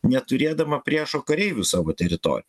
neturėdama priešo kareivių savo teritorijoj